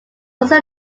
also